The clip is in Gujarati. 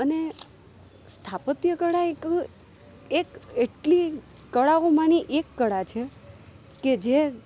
અને સ્થાપત્યકળા એક એક એટલી કળાઓમાંની એક કળા છે કે જે